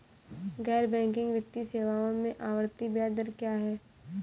गैर बैंकिंग वित्तीय सेवाओं में आवर्ती ब्याज दर क्या है?